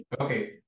Okay